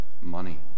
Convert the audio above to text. money